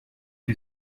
you